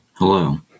Hello